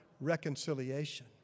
reconciliation